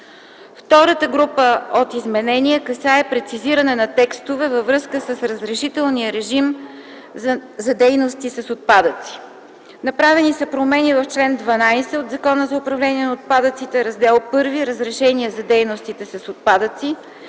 Втората група от изменения касае прецизиране на текстове във връзка с разрешителния режим за дейности с отпадъци. Направени са промени в чл. 12 от Закона за управление на отпадъците, Раздел І – „Разрешения за дейности с отпадъци”,